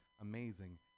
amazing